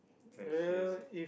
that she's